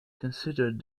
considered